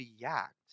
react